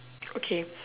okay